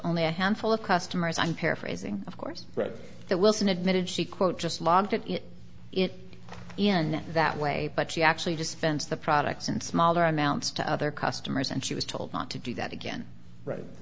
only a handful of customers i'm paraphrasing of course fred wilson admitted she quote just monitor it in that way but she actually dispensed the products in smaller amounts to other customers and she was told not to do that again right